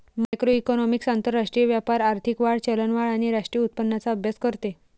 macroeconomics आंतरराष्ट्रीय व्यापार, आर्थिक वाढ, चलनवाढ आणि राष्ट्रीय उत्पन्नाचा अभ्यास करते